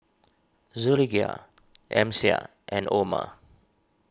Zulaikha Amsyar and Omar